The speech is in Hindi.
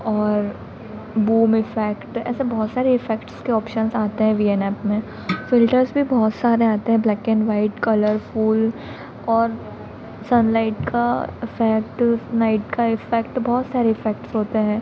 और बूम इफ़ेक्ट ऐसे बहुत सारे इफ़ेक्ट्स के ऑप्शन्स आते हैं वी एन ऐप में फ़िल्टर्स भी बहुत सारे आते हैं ब्लैक एन वाइट कलरफ़ुल और सनलाइट का इफ़ेक्ट नाइट का इफ़ेक्ट बहुत सारे इफ़ेक्ट्स होते हैं